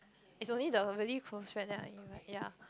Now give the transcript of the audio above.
is only the really close friend then I invite ya